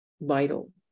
vital